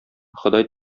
ходай